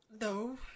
No